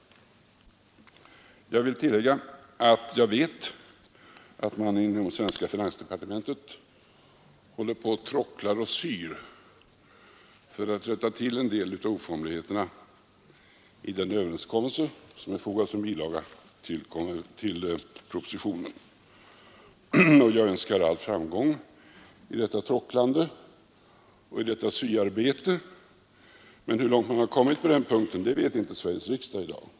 Jag vill tillägga att jag vet att man inom det svenska finansdepartementen håller på att tråckla och sy för att rätta till en del av oformligheterna i den överenskommelse som är fogad som bilaga till propositionen. Jag önskar all framgång i detta tråcklande och i detta syarbete, men hur långt man har kommit på den punkten vet inte Sveriges riksdag i dag.